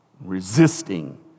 resisting